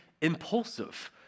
impulsive